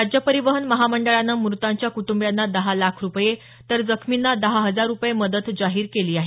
राज्य परिवहन महामंडळानं मृतांच्या कुटुंबियांना दहा लाख रुपये तर जखमींना दहा हजार रुपये मदत जाहीर केली आहे